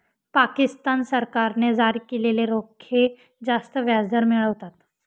पाकिस्तान सरकारने जारी केलेले रोखे जास्त व्याजदर मिळवतात